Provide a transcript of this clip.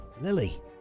Lily